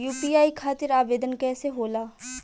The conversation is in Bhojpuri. यू.पी.आई खातिर आवेदन कैसे होला?